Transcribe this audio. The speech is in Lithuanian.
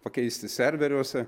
pakeisti serveriuose